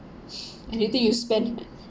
anything you spend